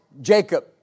Jacob